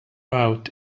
out